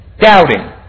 Doubting